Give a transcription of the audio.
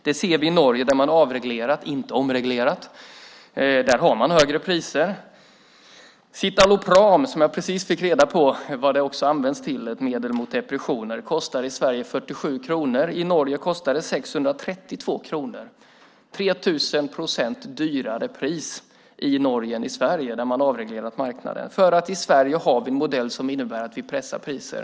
Det ser vi i Norge där man har avreglerat - inte omreglerat. Där har man högre priser. Citalopram, som jag precis fick reda på är ett medel mot depressioner, kostar i Sverige 47 kronor. I Norge kostar det 632 kronor. Det är 3 000 procent dyrare i Norge, där man har avreglerat marknaden, än i Sverige. I Sverige har vi en modell som innebär att vi pressar priser.